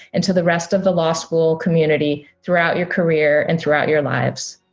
and to the rest of the law school community throughout your career and throughout your lives.